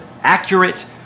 accurate